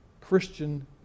Christian